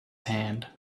hand